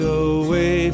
away